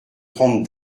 prendre